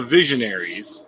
Visionaries